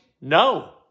No